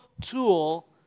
tool